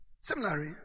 Similarly